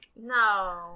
No